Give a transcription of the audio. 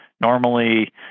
normally